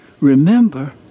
Remember